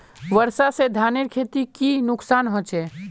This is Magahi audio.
वर्षा से धानेर खेतीर की नुकसान होचे?